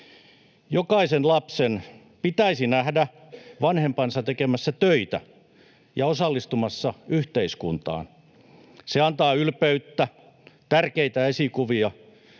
”Jokaisen lapsen pitäisi nähdä vanhempansa tekemässä töitä ja osallistumassa yhteiskuntaan. Se antaa ylpeyttä, tärkeitä esikuvia,